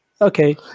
Okay